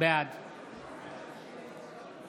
בעד